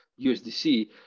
usdc